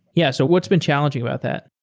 yeah. so what's been challenging about that?